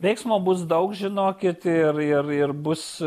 veiksmo bus daug žinokit ir ir ir bus